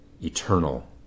eternal